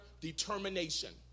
determination